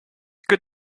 good